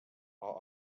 are